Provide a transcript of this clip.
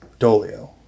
Dolio